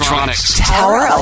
Tower